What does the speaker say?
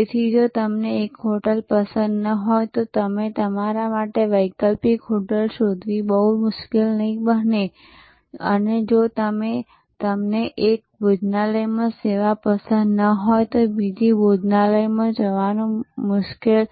તેથી જો તમને એક હોટેલ પસંદ ન હોય તો તમારા માટે વૈકલ્પિક હોટેલ શોધવી બહુ મુશ્કેલ નહીં હોય જો તમને એક ભોજનાલયમાં સેવા પસંદ ન હોય તો બીજી ભોજનાલયમાં જવાનું બહુ મુશ્કેલ